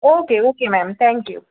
okay okay ma'am thank you